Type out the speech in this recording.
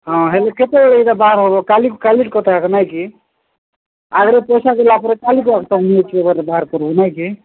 ହଁ ହେଲେ କେତେବେଳେ ଏଇଟା ବାହାର ହେବ କାଲି କାଲି କଥା ଏକା ନାହିଁକିି ଆଗରେ ପଇସା ଦେଲାପରେ କାଲିକୁ ବାହାର କରିବ ନାହିଁ କି